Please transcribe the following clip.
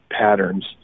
patterns